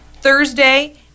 Thursday